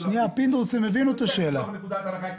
נצא מנקודת הנחה כזאת.